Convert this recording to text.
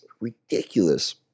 ridiculous